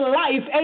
life